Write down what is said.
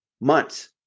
months